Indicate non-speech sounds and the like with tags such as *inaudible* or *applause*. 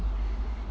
*breath*